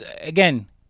Again